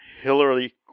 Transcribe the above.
Hillary